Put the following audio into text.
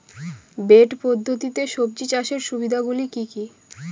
Bed পদ্ধতিতে সবজি চাষের সুবিধাগুলি কি কি?